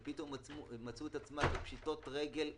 ופתאום הם מצאו את עצמם בפשיטות רגל קטסטרופליות,